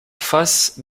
face